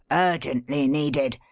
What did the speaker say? urgently needed.